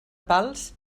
pals